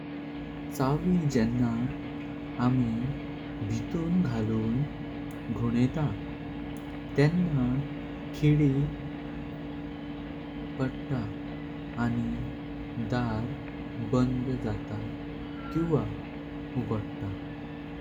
चावी जेन्ना आम्ही भितून घालून घुनेता तेन्ना खिली पाता। आणि दार बंद जाता किवा उगडता ।